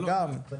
זה גם אפשרי.